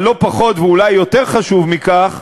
אבל לא פחות, ואולי יותר חשוב מכך,